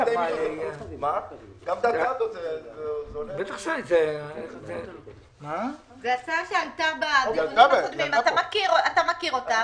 --- זו הצעה שעלתה --- אתה מכיר אותה.